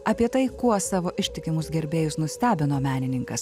apie tai kuo savo ištikimus gerbėjus nustebino menininkas